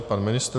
Pan ministr.